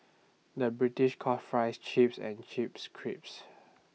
the British call Fries Chips and Chips Crisps